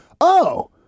oh-